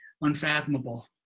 unfathomable